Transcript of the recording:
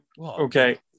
Okay